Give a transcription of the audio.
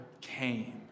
came